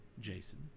Jason